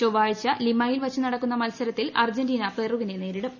ചൊവ്വാഴ്ച ലിമയിൽ വച്ചു നടക്കുന്ന മത്സരത്തിൽ അർജ്ജൻ്റീന പെറുവിനെ നേരിടും